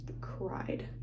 cried